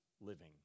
living